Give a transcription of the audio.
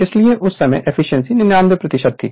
इसलिए उस समय एफिशिएंसी 99 थी